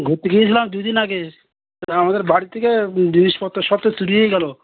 ঘুরতে গিয়েছিলাম দুই দিন আগে তা আমাদের বাড়ি থেকে জিনিসপত্র সব তো চুরি হয়ে গেলো